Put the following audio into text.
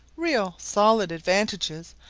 real solid advantages,